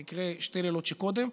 זה יקרה שני לילות קודם,